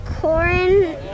Corn